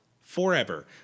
forever